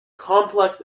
complex